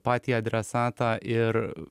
patį adresatą ir